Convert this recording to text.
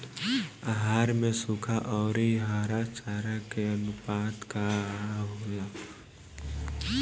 आहार में सुखा औरी हरा चारा के आनुपात का होला?